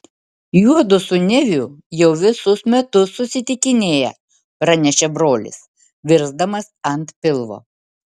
juodu su neviu jau visus metus susitikinėja pranešė brolis virsdamas ant pilvo